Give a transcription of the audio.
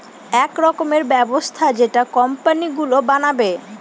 এক রকমের ব্যবস্থা যেটা কোম্পানি গুলো বানাবে